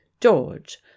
george